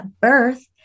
birth